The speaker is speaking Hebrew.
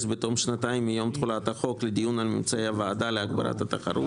בתום שנתיים מיום תחולת החוק לדיון על ממצאי הוועדה להגברת התחברות